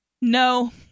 no